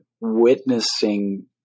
witnessing